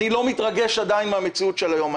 אני עדיין לא מתרגש מהמציאות של היום.